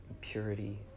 purity